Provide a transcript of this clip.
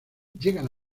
llegan